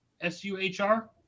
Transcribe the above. S-U-H-R